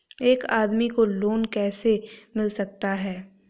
एक आदमी को लोन कैसे मिल सकता है?